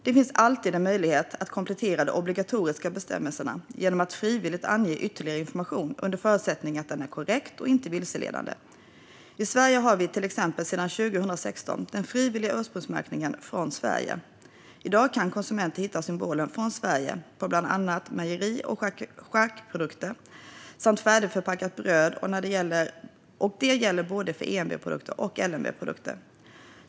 Det finns alltid en möjlighet att komplettera de obligatoriska bestämmelserna genom att frivilligt ange ytterligare information under förutsättning att den är korrekt och inte vilseledande. I Sverige har vi till exempel sedan 2016 den frivilliga ursprungsmärkningen "Från Sverige". I dag kan konsumenter hitta symbolen för märkningen "Från Sverige" på bland annat mejeri och charkprodukter samt färdigförpackat bröd, och det gäller både för EMV-produkter och LMV-produkter.